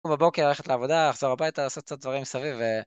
ובבוקר הולכת לעבודה, אחזור הביתה, לעשות קצת דברים סביב ו...